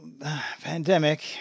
pandemic